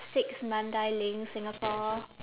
six mandai lane singapore